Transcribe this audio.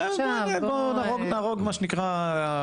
אפשר עכשיו, נקצור פרי פרי.